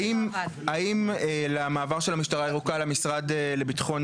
האם המעבר של המשטרה הירוקה למשרד לביטחון